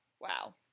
Wow